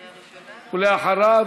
ולאחריו,